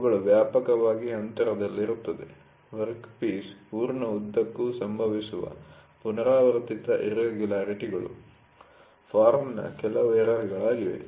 ಅವುಗಳು ವ್ಯಾಪಕವಾಗಿ ಅಂತರದಲ್ಲಿರುತ್ತವೆ ವರ್ಕ್ಪೀಸ್ನ ಪೂರ್ಣ ಉದ್ದಕ್ಕೂ ಸಂಭವಿಸುವ ಪುನರಾವರ್ತಿತ ಇರ್ರೆಗುಲರಿಟಿ'ಗಳು ಫಾಮ್೯'ನ ಕೆಲವು ಎರರ್'ಗಳಾಗಿವೆ